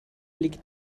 liegt